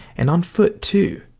and on foot too.